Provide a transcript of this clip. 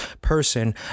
person